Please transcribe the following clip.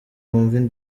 wumve